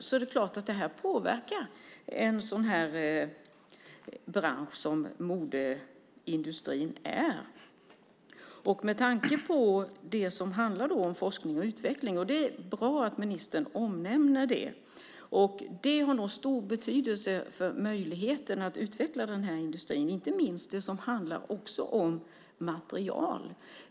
Det är klart att det påverkar en sådan bransch som modeindustrin är. Och jag tänker på det som handlar om forskning och utveckling. Det är bra att ministern nämner det. Det har nog stor betydelse för möjligheten att utveckla den här industrin. Det gäller inte minst det som handlar om material.